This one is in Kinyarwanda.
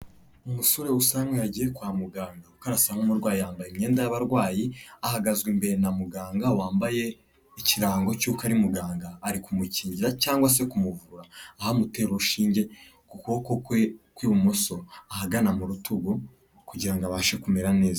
Umusore usa nk'aho yagiye kwa muganga, kuko arasa n'umurwayi yambaye imyenda y'abarwayi, ahagazwe imbere na muganga wambaye ikirango cy'uko ari muganga. Ari kumukingira cyangwa se kumuvura. Aho amutera urushinge, ku kuboko kwe kw'ibumoso, ahagana mu rutugu, kugira ngo abashe kumera neza.